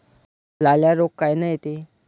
लाल्या रोग कायनं येते?